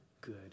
good